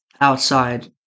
outside